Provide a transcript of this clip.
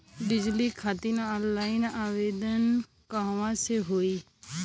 बिजली खातिर ऑनलाइन आवेदन कहवा से होयी?